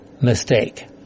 mistake